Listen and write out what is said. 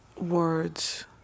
words